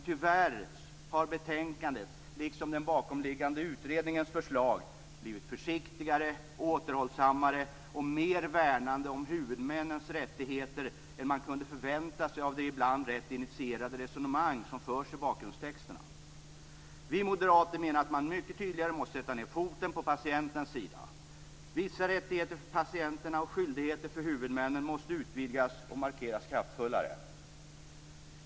Tyvärr har betänkandets, liksom den bakomliggande utredningens, förslag blivit försiktigare, återhållsammare och mer värnande om huvudmännens rättigheter än man kunde förvänta sig av det ibland rätt initierade resonemang som förs i bakgrundstexterna. Vi moderater menar att man mycket tydligare måste sätta ned foten på patientens sida. Vissa rättigheter för patienterna och skyldigheter för huvudmännen måste utvidgas och markeras kraftfullare.